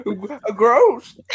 Gross